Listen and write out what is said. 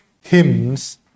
hymns